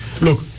look